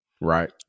right